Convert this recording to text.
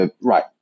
right